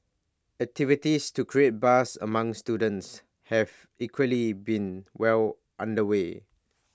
activities to create buzz among students have equally been well under way